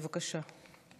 בבקשה.